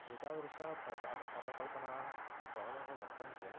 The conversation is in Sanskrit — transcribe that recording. एतादृशाः अप अपकल्पनाः बहवः वर्तन्ते